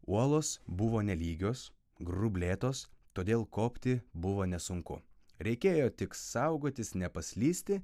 uolos buvo nelygios grublėtos todėl kopti buvo nesunku reikėjo tik saugotis nepaslysti